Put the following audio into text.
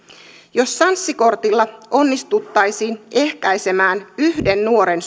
jos sanssi kortilla onnistuttaisiin ehkäisemään yhden nuoren